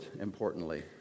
importantly